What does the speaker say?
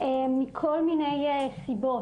מכל מיני סיבות.